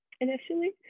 initially